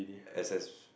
S S